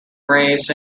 braves